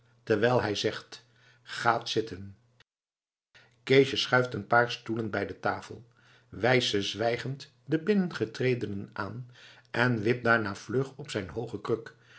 terwijl hij zegt gaat zitten keesje schuift een paar stoelen bij de tafel wijst ze zwijgend den binnengetredenen aan en wipt daarna vlug op zijn hooge kruk